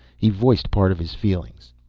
he voiced part of his feelings.